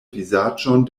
vizaĝon